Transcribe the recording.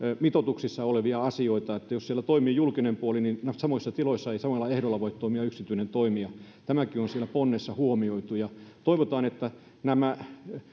mitoituksissa olevia asioita niin että jos siellä toimii julkinen puoli niin samoissa tiloissa ei samoilla ehdoilla voi toimia yksityinen toimija tämäkin on siellä ponnessa huomioitu toivotaan että nämä